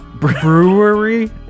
brewery